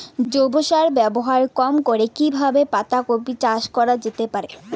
জৈব সার ব্যবহার কম করে কি কিভাবে পাতা কপি চাষ করা যেতে পারে?